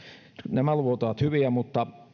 nämä luvut ovat hyviä mutta